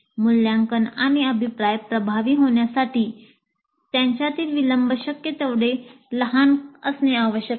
मूल्यांकन आणि अभिप्राय प्रभावी होण्यासाठी यांच्यातील विलंब शक्य तेवढे लहान असणे आवश्यक आहे